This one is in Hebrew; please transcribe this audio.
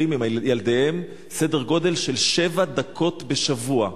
עם ילדיהם סדר-גודל של שבע דקות בשבוע.